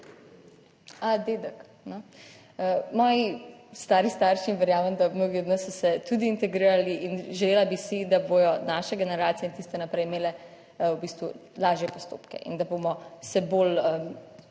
A dedek? Moji stari starši in verjamem, da mnogi od nas so se tudi integrirali in želela bi si, da bodo naše generacije in tiste naprej imele v bistvu lažje postopke in da bomo se bolj